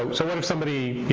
so what if somebody